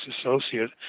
associate